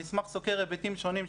המסמך סוקר היבטים שונים,